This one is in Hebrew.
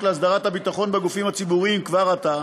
להסדרת הביטחון בגופים הציבוריים כבר עתה,